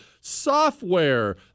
software